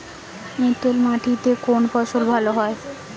এঁটেল মাটিতে কোন ফসল ভালো হয়?